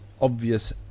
obvious